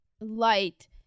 Light